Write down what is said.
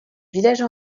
villages